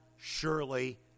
surely